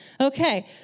Okay